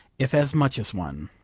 if as much as one.